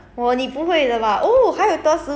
ya I also don't think you can make it